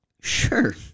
Sure